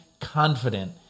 confident